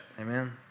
Amen